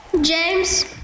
James